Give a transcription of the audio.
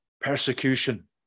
persecution